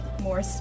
more